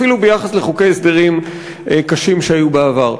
אפילו ביחס לחוקי הסדרים קשים שהיו בעבר.